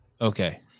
Okay